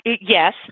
yes